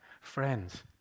friends